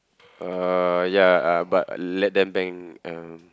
uh ya uh but let them bang uh